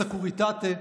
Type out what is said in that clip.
הסקוריטטה,